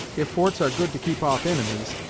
if forts are good to keep off inimies,